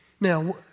Now